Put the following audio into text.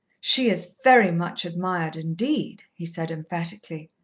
she is very much admired indeed, he said emphatically.